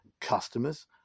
customers